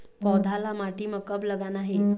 पौधा ला माटी म कब लगाना हे?